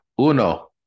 uno